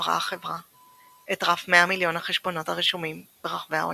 עברה החברה את רף 100 מיליון החשבונות הרשומים ברחבי העולם.